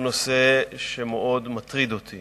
הוא נושא שמאוד מטריד אותי